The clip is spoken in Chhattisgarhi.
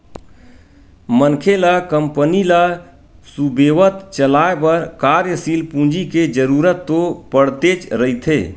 मनखे ल कंपनी ल सुबेवत चलाय बर कार्यसील पूंजी के जरुरत तो पड़तेच रहिथे